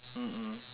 mm mm